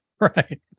Right